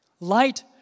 Light